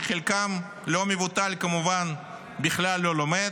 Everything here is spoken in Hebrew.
שחלקם הלא-מבוטל כמובן בכלל לא לומד,